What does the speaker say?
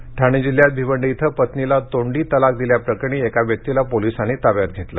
तलाख ठाणे जिल्ह्यात भिवंडी इथं पत्नीला तोंडी तलाख दिल्याप्रकरणी एका व्यक्तीला पोलिसांनी ताब्यात घेतलं